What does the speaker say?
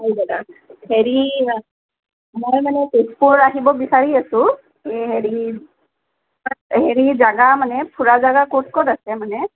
হয় দাদা হেৰি মই মানে তেজপুৰ আহিব বিচাৰি আছোঁ এই হেৰি হেৰি জাগা মানে ফুৰা জাগা ক'ত ক'ত আছে মানে